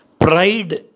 pride